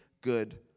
good